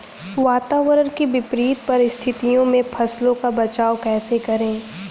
वातावरण की विपरीत परिस्थितियों में फसलों का बचाव कैसे करें?